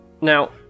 Now